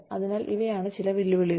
അതിനാൽ ഇവയാണ് ചില വെല്ലുവിളികൾ